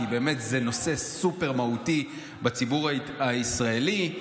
כי זה נושא סופר-מהותי בציבור הישראלי,